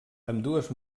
ambdues